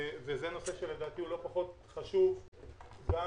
וזה נושא שלדעתי הוא לא פחות חשוב גם